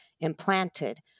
implanted